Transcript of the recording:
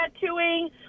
tattooing